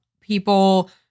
people